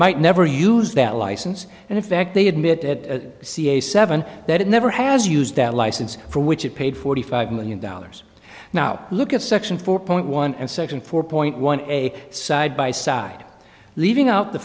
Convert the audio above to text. might never use that license and effect they admit at ca seven that it never has used that license for which it paid forty five million dollars now look at section four point one and section four point one a side by side leaving out the